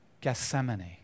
Gethsemane